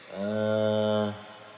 uh